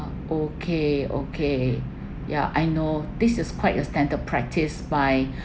okay okay ya I know this is quite a standard practice by